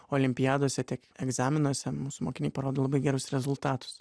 olimpiadose tiek egzaminuose mūsų mokiniai parodo labai gerus rezultatus